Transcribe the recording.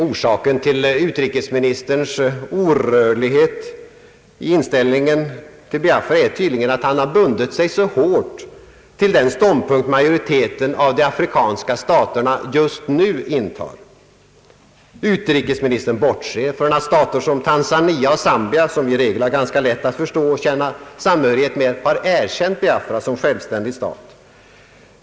Orsaken till utrikesministerns orörlighet i inställningen till Biafra är tydligen att han har bundit sig hårt vid den ståndpunkt majoriteten av de afrikanska staterna just nu intar. Utrikesministern bortser från att stater som Tanzania och Zambia, som vi i regel har ganska lätt att förstå och känna samhörighet med, har erkänt Biafra som självständig stat.